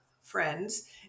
friends